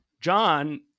John